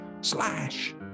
Slash